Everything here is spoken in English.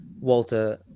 walter